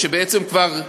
ושבעצם כבר נגמרה,